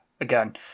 again